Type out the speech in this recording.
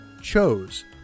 chose